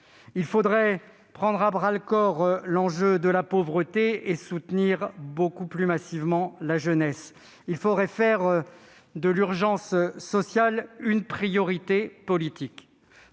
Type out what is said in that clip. Il aurait fallu prendre à bras-le-corps l'enjeu de la pauvreté et soutenir beaucoup plus massivement la jeunesse. Il aurait fallu faire de l'urgence sociale une priorité politique.